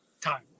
time